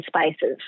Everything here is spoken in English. spaces